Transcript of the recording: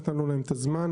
נתנו להם את הזמן